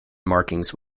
markings